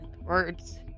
Words